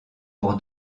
pour